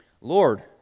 Lord